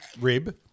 rib